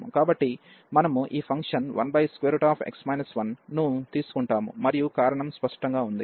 కాబట్టి మనము ఈ ఫంక్షన్ 1x 1 ను తీసుకుంటాము మరియు కారణం స్పష్టంగా ఉంది